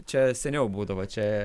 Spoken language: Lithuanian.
čia seniau būdavo čia